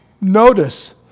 Notice